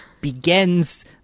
begins